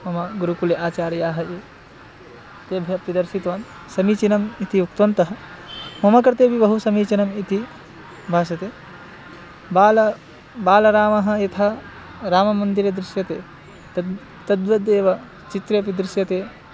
मम गुरुकुले आचार्याः ये तेभ्योपि दर्शितवान् समीचीनम् इति उक्तवन्तः मम कृतेपि बहु समीचीनम् इति भासते बालः बालरामः यथा राममन्दिरे दृश्यते तद् तद्वदेव चित्रेऽपि दृश्यते